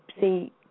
see